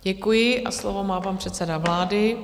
Děkuji a slovo má pan předseda vlády.